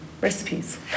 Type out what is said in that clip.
recipes